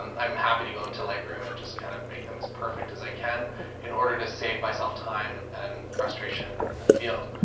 um i'm happy to go into light room and just kind of make them as perfect as i can in order to save myself time and frustration in the field.